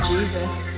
Jesus